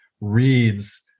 reads